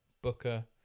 Booker